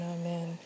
amen